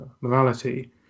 morality